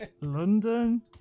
London